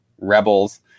rebels